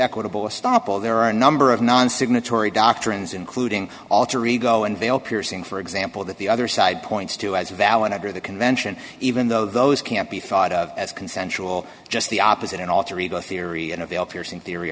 equitable stoppel there are a number of non signatory doctrines including alter ego and they all piercing for example that the other side points to as valid under the convention even though those can't be thought of as consensual just the opposite in alter ego theory in a veil piercing theory